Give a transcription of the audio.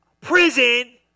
prison